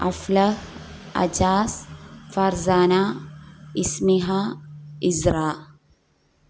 Afla Ajaz Farzana Ismiha Isra